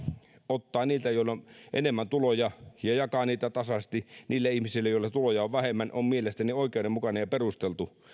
ottaa niiltä joilla on enemmän tuloja ja jakaa niitä tasaisesti niille ihmisille joilla tuloja on vähemmän on mielestäni oikeudenmukainen ja perusteltu